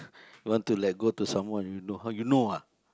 want to let go to someone you know how you know ah